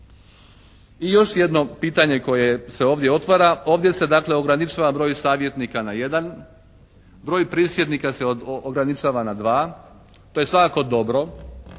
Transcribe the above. I još jedno pitanje koje se ovdje otvara. Ovdje se dakle ograničava broj savjetnika na jedan. Broj prisjednika se ograničava na dva. To je dobro.